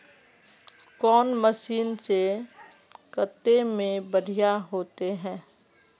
कौन मशीन से कते में बढ़िया होते है?